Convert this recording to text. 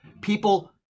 People